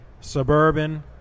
suburban